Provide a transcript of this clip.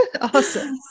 Awesome